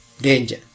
danger